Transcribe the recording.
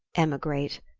emigrate!